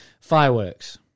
Fireworks